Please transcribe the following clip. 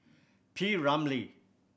P Ramlee